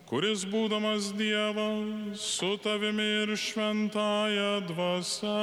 kuris būdamas dievas su tavimi ir šventąja dvasia